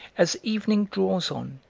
as evening draws on,